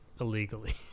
illegally